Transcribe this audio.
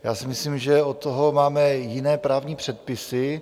Já si myslím, že od toho máme jiné právní předpisy.